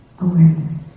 awareness